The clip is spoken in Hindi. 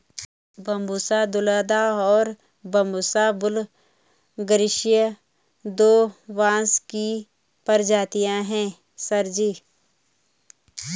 बंबूसा तुलदा और बंबूसा वुल्गारिस दो बांस की प्रजातियां हैं सर जी